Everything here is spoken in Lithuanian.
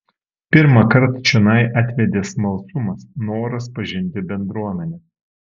pirmąkart čionai atvedė smalsumas noras pažinti bendruomenę